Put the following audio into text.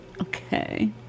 Okay